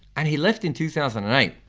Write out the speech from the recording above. and he left in two thousand and eight.